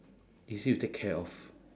easy to take care of